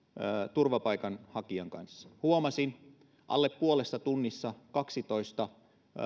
turvapaikanhakijan kanssa huomasin alle puolessa tunnissa kaksitoista